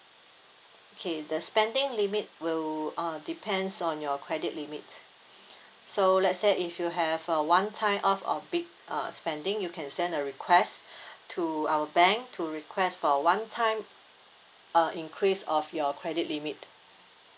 okay the spending limit will uh depends on your credit limit so let say if you have a one time off of big uh spending you can send a request to our bank to request for a one time uh increase of your credit limit